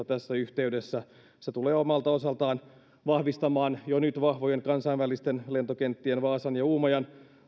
tässä yhteydessä se tulee omalta osaltaan vahvistamaan jo nyt vahvojen kansainvälisten lentokenttien vaasan ja uumajan